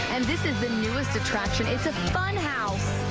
and this is the newest attraction. it's a fun house.